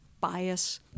bias